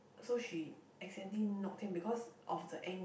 so she accidentally knocked him because of the angle